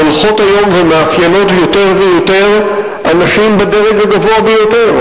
הולכות היום ומאפיינות יותר ויותר אנשים בדרג הגבוה ביותר,